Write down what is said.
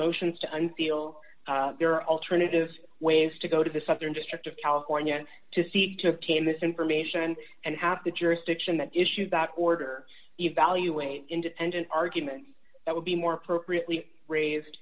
motions to un feel there are alternative ways to go to the southern district of california to seek to obtain this information and have the jurisdiction that issued back order evaluate independent argument that would be more appropriately raised